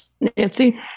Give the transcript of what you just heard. Nancy